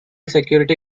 security